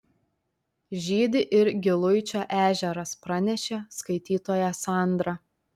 žydi ir giluičio ežeras pranešė skaitytoja sandra